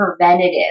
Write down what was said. preventative